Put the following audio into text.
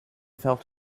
felt